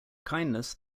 kindness